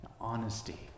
honesty